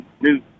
new